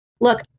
look